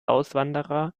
auswanderer